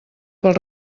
pel